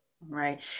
Right